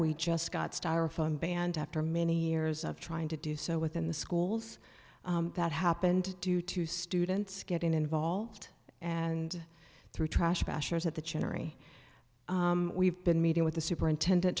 we just got styrofoam banned after many years of trying to do so within the schools that happened due to students getting involved and through trash bashers at the chinnery we've been meeting with the superintendent